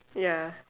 ya